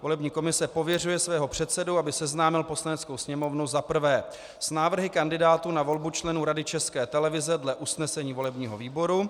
Volební komise pověřuje svého předsedu, aby seznámil Poslaneckou sněmovnu za prvé s návrhy kandidátů na volbu členů Rady České televize dle usnesení volebního výboru.